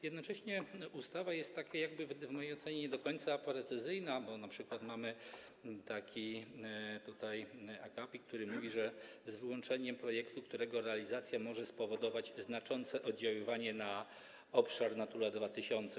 Jednocześnie ustawa jest w mojej ocenie nie do końca precyzyjna, bo np. mamy taki akapit: z wyłączeniem projektu, którego realizacja może spowodować znaczące oddziaływanie na obszar Natura 2000.